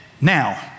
now